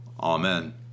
Amen